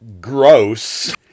Gross